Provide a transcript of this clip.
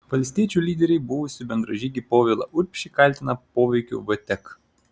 valstiečių lyderiai buvusį bendražygį povilą urbšį kaltina poveikiu vtek